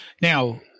Now